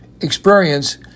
Experience